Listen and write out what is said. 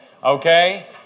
Okay